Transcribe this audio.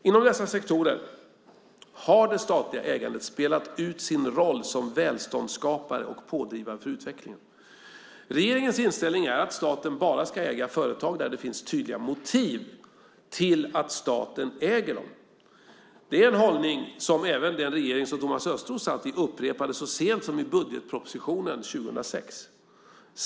Inom dessa sektorer har det statliga ägandet spelat ut sin roll som välståndsskapare och pådrivare för utvecklingen. Regeringens inställning är att staten bara ska äga företag där det finns tydliga motiv till att staten äger dem. Det är en hållning som även den regering som Thomas Östros satt i upprepade så sent som i budgetpropositionen 2006.